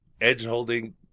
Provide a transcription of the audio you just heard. edge-holding